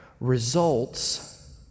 results